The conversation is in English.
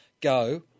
go